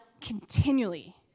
continually